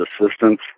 assistance